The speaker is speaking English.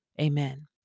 Amen